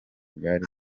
bwari